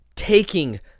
taking